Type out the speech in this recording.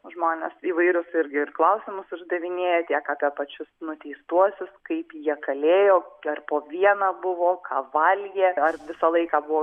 žmonės įvairius irgi ir klausimus uždavinėja tiek apie pačius nuteistuosius kaip jie kalėjo ar po vieną buvo ką valgė ar visą laiką buvo